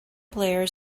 player